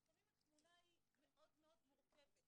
ולפעמים התמונה היא מאוד מאוד מורכבת.